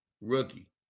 Rookie